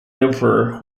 emperor